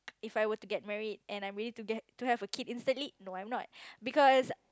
if I were to get married and I'm willing to get to have a kid instantly no I'm not because